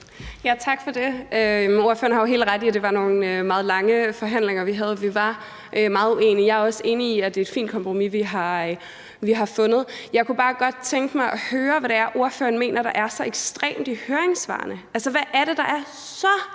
Tak for det. Ordføreren har jo helt ret i, at det var nogle meget lange forhandlinger, vi havde. Vi var meget uenige. Jeg er også enig i, at det er et fint kompromis, vi har fundet. Jeg kunne bare godt tænke mig at høre, hvad det er, ordføreren mener der er så ekstremt i høringssvarene. Altså, hvad er det, der er